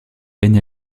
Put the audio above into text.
gagne